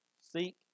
Seek